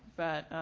but,